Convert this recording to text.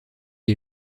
est